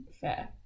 Fair